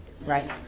Right